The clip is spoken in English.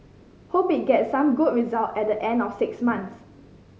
hope it gets some good result at the end of the six months